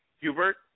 Hubert